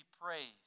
praised